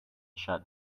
shut